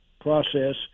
process